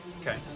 Okay